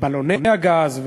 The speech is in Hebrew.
בלוני הגז,